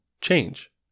change